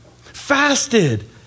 fasted